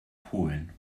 polen